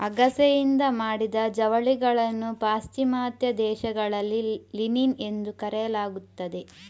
ಅಗಸೆಯಿಂದ ಮಾಡಿದ ಜವಳಿಗಳನ್ನು ಪಾಶ್ಚಿಮಾತ್ಯ ದೇಶಗಳಲ್ಲಿ ಲಿನಿನ್ ಎಂದು ಕರೆಯಲಾಗುತ್ತದೆ